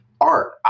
art